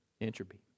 entropy